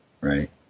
right